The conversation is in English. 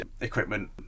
equipment